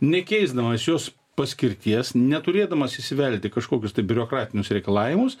nekeisdamas jos paskirties neturėdamas įsivelti į kažkokius biurokratinius reikalavimus